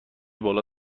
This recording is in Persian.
بالا